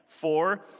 Four